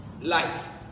life